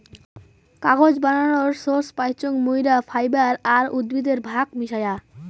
কাগজ বানানোর সোর্স পাইচুঙ মুইরা ফাইবার আর উদ্ভিদের ভাগ মিশায়া